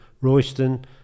Royston